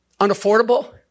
unaffordable